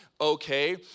okay